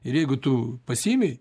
ir jeigu tu pasiimi